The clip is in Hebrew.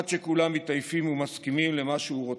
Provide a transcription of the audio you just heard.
עד שכולם מתעייפים ומסכימים למה שהוא רוצה,